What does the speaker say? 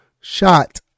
shot